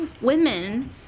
women